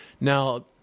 Now